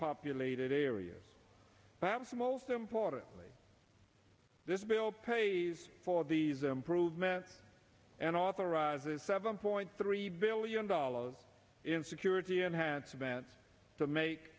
populated areas perhaps most importantly this bill pays for these improvements and authorizes seven point three billion dollars in security enhancements to make